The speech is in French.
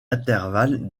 intervalles